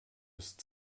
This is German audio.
ist